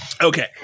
Okay